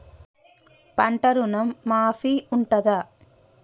పంట ఋణం మాఫీ ఉంటదా?